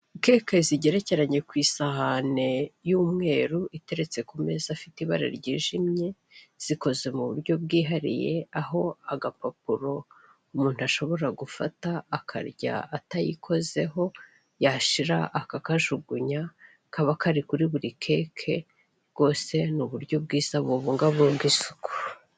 Kake zigerekeranye ku isahane y'umweru, iteretse ku meza afite ibara ryijimye, zikoze mu buryo bwihariye, aho agapapuro umuntu ashobora gufata akarya atayikozeho yashira akakajugunya, kaba kari kuri buri keke rwose ni uburyo bwiza bubungabunga isuku.